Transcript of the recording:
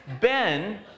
Ben